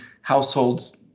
households